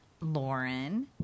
Lauren